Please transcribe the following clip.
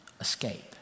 escape